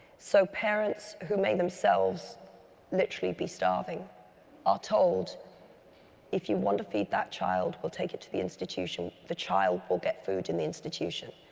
so parents who make themselves literally be starving are told if you want to feed that child, we will take it to the institution the child will get food in the institution.